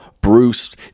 bruce